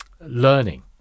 learning